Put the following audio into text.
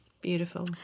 Beautiful